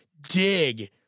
dig